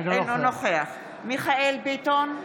אינו נוכח מיכאל מרדכי ביטון,